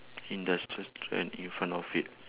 industrious strength in front of it